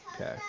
Okay